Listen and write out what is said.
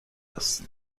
است